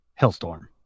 Hellstorm